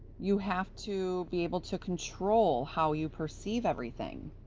you have to be able to control how you perceive everything.